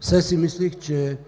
все си мислех, че